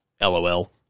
LOL